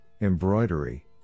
embroidery